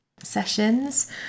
sessions